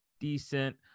decent